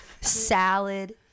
salad